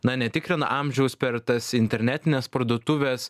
na netikrina amžiaus per tas internetines parduotuves